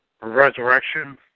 Resurrection